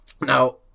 Now